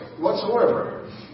whatsoever